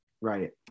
Right